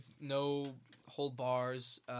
no-hold-bars